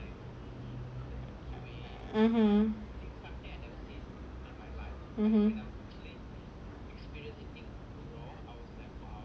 (uh huh)